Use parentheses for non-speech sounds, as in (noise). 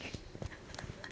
(laughs)